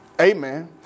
Amen